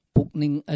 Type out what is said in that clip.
Pukning